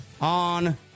on